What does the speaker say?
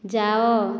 ଯାଅ